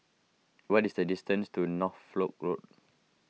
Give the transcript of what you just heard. what is the distance to Norfolk Road